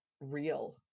real